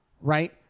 right